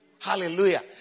Hallelujah